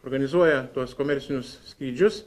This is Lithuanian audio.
organizuoja tuos komercinius skrydžius